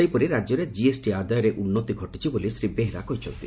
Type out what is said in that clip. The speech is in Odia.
ସେହିପରି ରାଜ୍ୟରେ ଜିଏସ୍ଟି ଆଦାୟରେ ଉନ୍ନତି ଘଟିଛି ବୋଲି ଶ୍ରୀ ବେହେରା କହିଛନ୍ତି